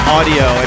Audio